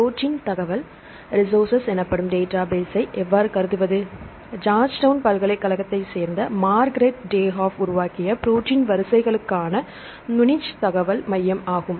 protein தகவல் resource எனப்படும் டேட்டாபேஸ்ஸை எவ்வாறு கருதுவது ஜார்ஜ்டவுன் பல்கலைக்கழகத்தைச் சேர்ந்த மார்கரெட் டேஹாஃப் உருவாக்கிய ப்ரோடீன் வரிசைகளுக்கான முனிச் தகவல் மையம் ஆகும்